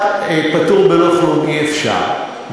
פטור בלא כלום אי-אפשר,